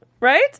Right